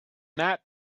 that